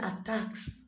attacks